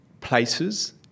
places